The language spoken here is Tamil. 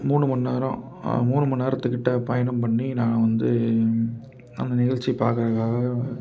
மூணு மணி நேரம் மூணு மணி நேரத்துக்குக்கிட்ட பயணம் பண்ணி நான் வந்து அந்த நிகழ்ச்சிய பார்க்கறதுக்காக